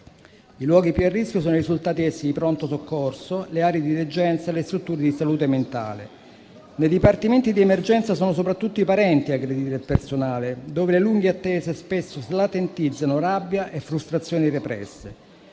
I luoghi più a rischio sono risultati essere i pronto soccorso, le aree di degenza e le strutture di salute mentale. Nei dipartimenti di emergenza sono soprattutto i parenti ad aggredire il personale, dove le lunghe attese spesso slatentizzano rabbia e frustrazioni represse.